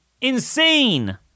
insane